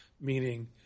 meaning